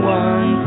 one